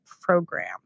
Program